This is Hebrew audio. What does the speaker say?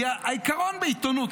כי העיקרון בעיתונות,